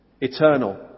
eternal